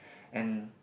and